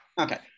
okay